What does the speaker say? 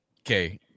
okay